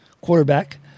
quarterback